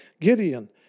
Gideon